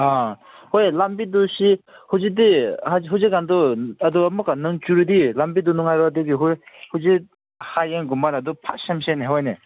ꯑꯥ ꯍꯣꯏ ꯂꯝꯕꯤꯗꯨꯁꯤ ꯍꯧꯖꯤꯛꯇꯤ ꯍꯧꯖꯤꯛ ꯀꯥꯟꯗꯣ ꯑꯗꯣ ꯑꯃꯨꯛꯀ ꯅꯣꯡ ꯆꯨꯔꯗꯤ ꯂꯝꯕꯤꯗꯣ ꯅꯨꯡꯉꯥꯏꯔꯣꯏ ꯑꯗꯨꯒꯤ ꯍꯧꯖꯤꯛ ꯍꯌꯦꯡꯒꯨꯝꯕꯅ ꯑꯗꯨ ꯐꯖꯅ ꯁꯦꯝꯁꯤꯅꯦ ꯍꯣꯏꯅꯦ